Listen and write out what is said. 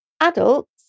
adults